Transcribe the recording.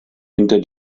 hinter